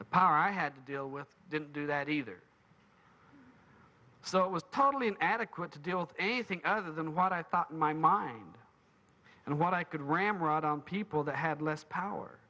the power i had to deal with didn't do that either so it was totally an adequate to deal with anything other than what i thought in my mind and what i could ramrod on people that had less power